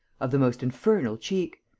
of the most infernal cheek,